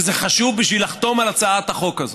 שזה חשוב מספיק בשביל לחתום על הצעת החוק הזאת.